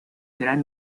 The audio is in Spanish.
gran